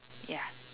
ya